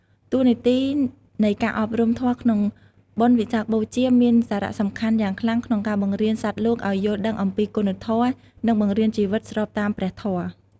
តួនាទីនៃការអប់រំធម៌ក្នុងបុណ្យវិសាខបូជា មានសារៈសំខាន់យ៉ាងខ្លាំងក្នុងការបង្រៀនសត្វលោកឲ្យយល់ដឹងអំពីគុណធម៌ និងបង្កើតជីវិតស្របតាមព្រះធម៌។